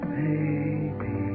baby